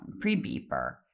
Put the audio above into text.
pre-beeper